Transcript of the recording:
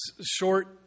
short